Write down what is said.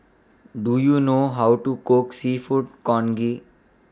Do YOU know How to Cook Seafood Congee